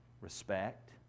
respect